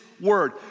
word